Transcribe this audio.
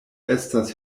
estas